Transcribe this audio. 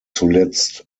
zuletzt